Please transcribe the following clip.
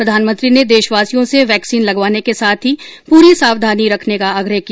प्रधानमंत्री ने देशवासियों से वैक्सीन लगवाने के साथ ही पूरी सावधानी रखने का आग्रह किया